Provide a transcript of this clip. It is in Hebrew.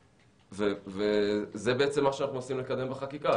זה בעצם מה שאנחנו מנסים לקדם בחקיקה.